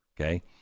okay